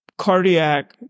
cardiac